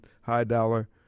high-dollar